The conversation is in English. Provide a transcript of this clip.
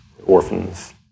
Orphans